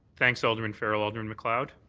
thanks, alderman farrell. alderman macleod?